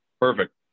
Perfect